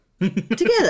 together